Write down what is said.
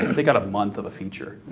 they got a month of a feature,